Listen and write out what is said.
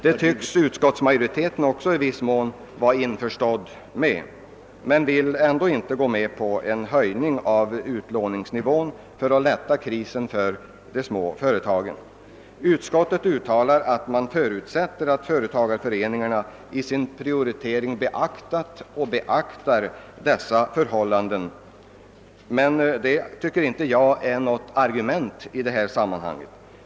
Detta tycks också utskottsmajoriteten i viss mån vara införstådd med men vill ändå inte gå med på en höjning av utlåningsnivån för att lätta på krisen bland de mindre företagen. Utskottets uttalande, att man förutsätter att företagareföreningarna i sin prioritering har beaktat och beaktar dessa förhållanden, tycker jag inte är något argument i sammanhanget.